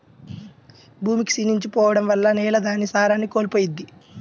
భూమి క్షీణించి పోడం వల్ల నేల దాని సారాన్ని కోల్పోయిద్ది